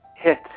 hit